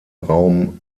raum